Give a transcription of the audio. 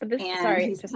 sorry